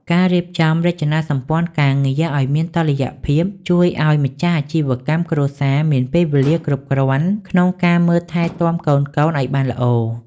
ការរៀបចំរចនាសម្ព័ន្ធការងារឱ្យមានតុល្យភាព ជួយឱ្យម្ចាស់អាជីវកម្មគ្រួសារមានពេលវេលាគ្រប់គ្រាន់ក្នុងការមើលថែទាំកូនៗឱ្យបានល្អ។